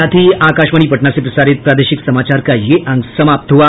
इसके साथ ही आकाशवाणी पटना से प्रसारित प्रादेशिक समाचार का ये अंक समाप्त हुआ